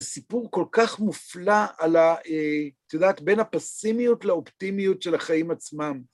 סיפור כל כך מופלא על ה.. את יודעת, בין הפסימיות לאופטימיות של החיים עצמם.